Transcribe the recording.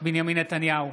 בנימין נתניהו,